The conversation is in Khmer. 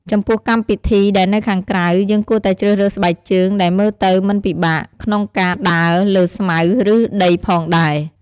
ចំពោះកម្មពិធីដែលនៅខាងក្រៅ យើងគួរតែជ្រើសរើសស្បែកជើងដែលមើលទៅមិនពិបាកកក្នុងការដើរលើស្មៅ ឬដីផងដែរ។